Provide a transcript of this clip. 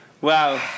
Wow